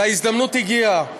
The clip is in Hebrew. וההזדמנות הגיעה.